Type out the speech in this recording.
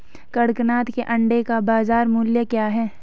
कड़कनाथ के अंडे का बाज़ार मूल्य क्या है?